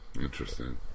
Interesting